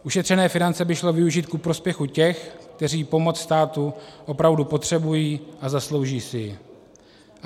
Ušetřené finance by šlo využít ku prospěchu těch, kteří pomoc státu opravdu potřebují a zaslouží si ji.